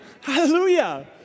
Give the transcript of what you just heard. Hallelujah